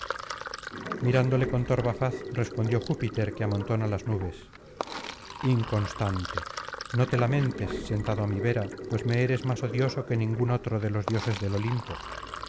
mirándole con torva faz respondió júpiter que amontona las nubes inconstante no te lamentes sentado á mi vera pues me eres más odioso que ningún otro de los dioses del olimpo